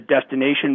destination